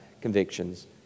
convictions